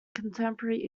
contemporary